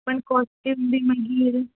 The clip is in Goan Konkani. मागीर कॉस्ट्यूम्स बी मागीर